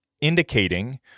indicating